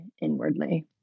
inwardly